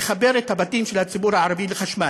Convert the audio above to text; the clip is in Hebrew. לחבר את הבתים של הציבור הערבי לחשמל?